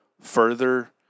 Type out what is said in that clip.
further